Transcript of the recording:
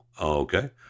okay